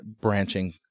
branching